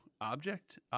object